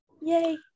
Yay